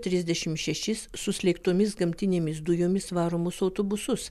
trisdešimt šešis suslėgtomis gamtinėmis dujomis varomus autobusus